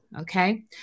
okay